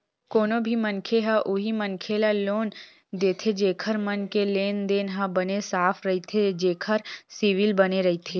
कोनो भी मनखे ह उही मनखे ल लोन देथे जेखर मन के लेन देन ह बने साफ रहिथे जेखर सिविल बने रहिथे